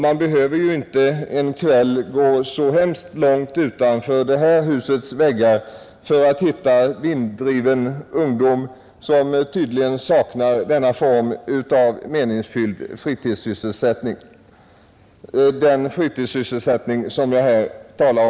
Man behöver en kväll inte gå så hemskt långt utanför det här husets väggar för att hitta vinddriven ungdom, som tydligen saknar den form av fritidssysselsättning som jag har talat om och som jag kallat meningsfylld.